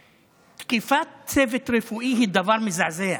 תקיפת צוות רפואי היא דבר מזעזע,